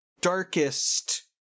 darkest